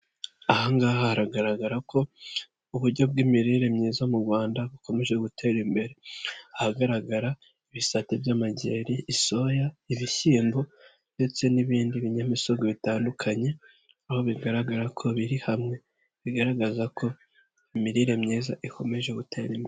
Aha ngaha haragaragara ko uburyo bw'imirire myiza mu Rwanda bukomeje gutera imbere, ahagaragara ibisate by'amageri, isoya, ibishyimbo ndetse n'ibindi binyamisogwe bitandukanye aho bigaragara ko biri hamwe bigaragaza ko imirire myiza ikomeje gutera imbere.